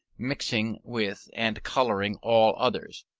mixing with and colouring all others.